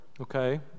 Okay